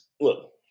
Look